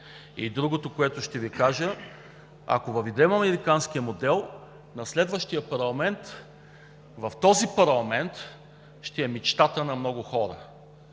И другото, което ще Ви кажа. Ако въведем американския модел на следващия парламент – този парламент ще е мечтата на много хора,